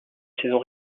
saison